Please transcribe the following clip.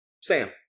Sam